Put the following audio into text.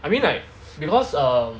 I mean like because um